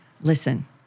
listen